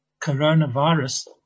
coronavirus